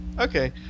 Okay